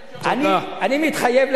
אני מתחייב לך,